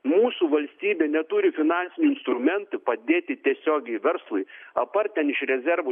mūsų valstybė neturi finansinių instrumentų padėti tiesiogiai verslui apart ten iš rezervų